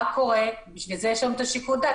מה קורה, בשביל זה יש לנו את שיקול הדעת.